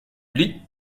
lis